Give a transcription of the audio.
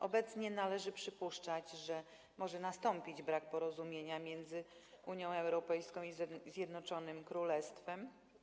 Obecnie należy przypuszczać, że może dojść do braku porozumienia między Unią Europejską a Zjednoczonym Królestwem.